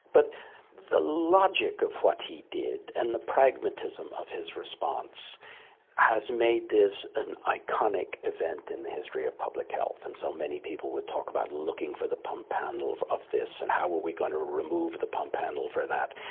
but the logic of what he did and the pragmatism of his response has made this an iconic event in the history of public health. and so many people will talk about looking for the pump handle of of this, and how are we going to remove the pump handle for that,